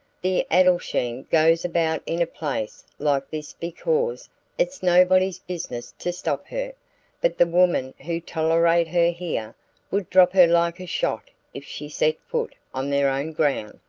the adelschein goes about in a place like this because it's nobody's business to stop her but the women who tolerate her here would drop her like a shot if she set foot on their own ground.